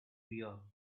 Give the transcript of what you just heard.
fear